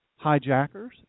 hijackers